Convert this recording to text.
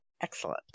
Excellent